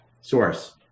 source